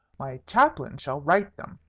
my chaplain shall write them.